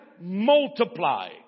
multiply